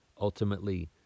ultimately